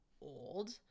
old